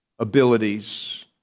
abilities